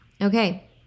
okay